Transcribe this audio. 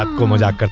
um come. ah ah come